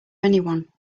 anyone